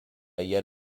yet